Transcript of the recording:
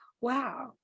wow